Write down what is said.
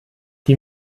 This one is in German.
die